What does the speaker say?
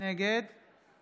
נגד